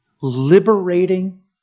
liberating